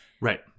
Right